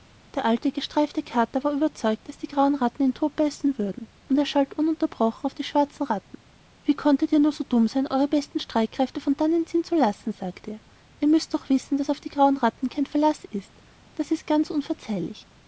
der alte gestreifte kater war überzeugt daß die grauen ratten ihn totbeißen würden und er schalt ununterbrochen auf die schwarzen ratten wie konntet ihr nur so dumm sein eure besten streitkräfte von dannen ziehen zu lassen sagte er ihrmüßtdochwissen daßaufdiegrauenrattenkeinverlaßist dasistganz unverzeihlich